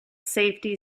safety